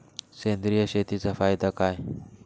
सेंद्रिय शेतीचा फायदा काय?